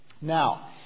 Now